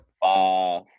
five